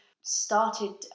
started